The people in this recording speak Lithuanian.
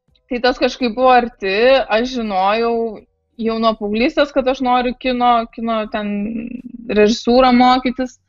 tai tas kažkaip buvo arti aš žinojau jau nuo paauglystės kad aš noriu kino kino ten režisūrą mokytis